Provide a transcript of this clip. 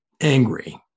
angry